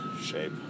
shape